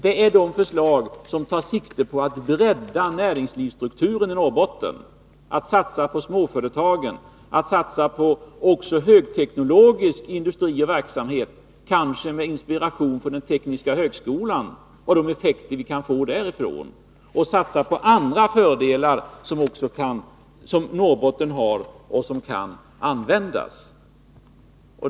Det är förslag som tar sikte på att bredda näringslivsstrukturen i Norrbotten, att satsa på småföretagen, att satsa på högteknologisk industri och verksamhet, kanske med inspiration från den tekniska högskolan och de effekter vi kan få därifrån, och att satsa på andra fördelar som Norrbotten har och som kan användas.